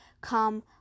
come